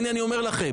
הנה אני אומר לכם,